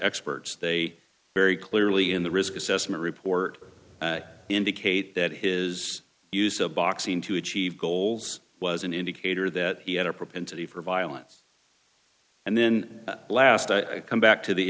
experts they very clearly in the risk assessment report indicate that his use of boxing to achieve goals was an indicator that he had a propensity for violence and then last i come back to the